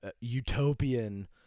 utopian